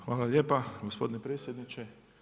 Hvala lijepa, gospodin predsjedniče.